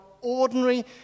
ordinary